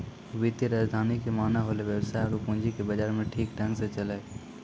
वित्तीय राजधानी के माने होलै वेवसाय आरु पूंजी के बाजार मे ठीक ढंग से चलैय